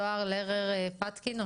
זהר לרר פקטין,